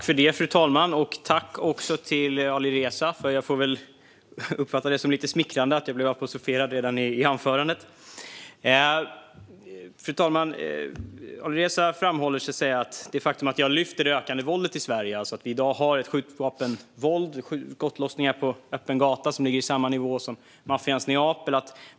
Fru talman! Jag tackar Alireza - jag får väl uppfatta det som lite smickrande att jag blev apostroferad redan i huvudanförandet. Fru talman! Alireza framhåller det faktum att jag lyfter fram det ökande våldet i Sverige. Vi har i dag skjutvapenvåld och skottlossningar på öppen gata på samma nivå som i maffians Neapel.